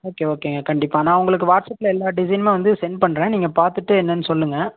okay ஓகேங்க கண்டிப்பாக நான் உங்களுக்கு வாட்ஸ்ஆப்பில் எல்லா டிசைன்மே வந்து சென்ட் பண்ணுறேன் நீங்கள் பார்த்துட்டு என்னென்னு சொல்லுங்க